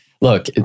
Look